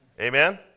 Amen